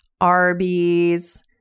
Arby's